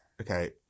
Okay